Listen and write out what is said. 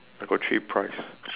they got three price